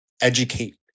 educate